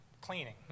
cleaning